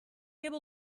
able